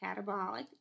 catabolic